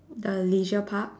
the leisure park